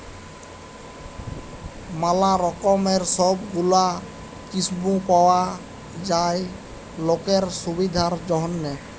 ম্যালা রকমের সব গুলা স্কিম পাওয়া যায় লকের সুবিধার জনহ